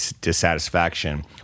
dissatisfaction